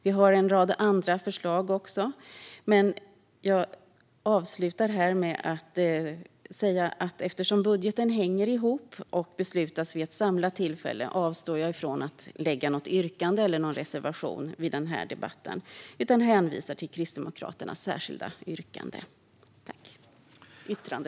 Vi har en rad andra förslag också, men eftersom budgeten hänger ihop och beslutas vid ett samlat tillfälle avstår jag från att göra något yrkande eller någon reservation i den här debatten utan hänvisar till Kristdemokraternas särskilda yttrande.